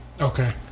Okay